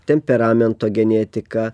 temperamento genetika